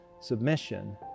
submission